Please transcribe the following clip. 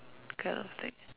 kind of thing